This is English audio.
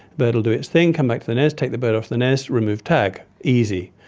bird will do its thing, come back to the nest, take the bird off the nest, removed tag. easy.